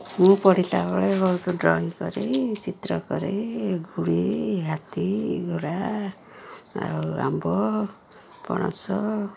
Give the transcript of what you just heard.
ମୁଁ ପଢ଼ିଲା ବେଳେ ବହୁତ ଡ୍ରଇଂ କରେ ଚିତ୍ର କରେ ଗୁଡ଼ି ହାତୀ ଘୋଡ଼ା ଆଉ ଆମ୍ବ ପଣସ